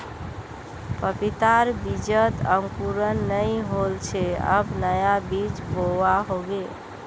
पपीतार बीजत अंकुरण नइ होल छे अब नया बीज बोवा होबे